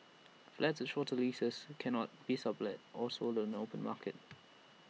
flats with shorter leases cannot be sublet or sold on the no open market